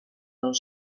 del